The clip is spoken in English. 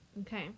Okay